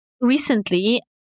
Recently